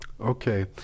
Okay